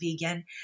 vegan